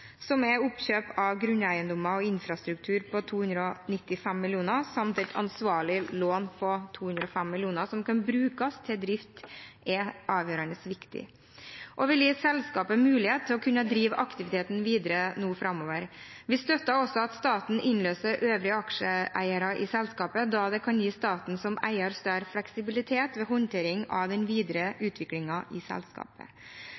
som er oppkjøp av grunneiendommer og infrastruktur på 295 mill. kr samt et ansvarlig lån på 205 mill. kr som kan brukes til drift – det er avgjørende viktig. Vi vil gi selskapet mulighet til å kunne drive aktiviteten videre nå framover. Vi støtter også at staten innløser øvrige aksjeeiere i selskapet, da det kan gi staten som eier større fleksibilitet ved håndtering av den videre utviklingen i selskapet.